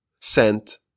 sent